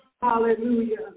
Hallelujah